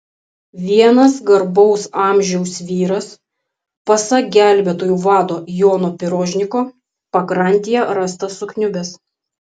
vienas garbaus amžiaus vyras pasak gelbėtojų vado jono pirožniko pakrantėje rastas sukniubęs